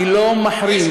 אני לא מחרים.